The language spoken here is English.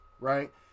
right